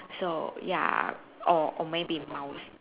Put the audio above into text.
so ya or or maybe mouse